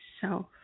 self